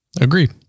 Agreed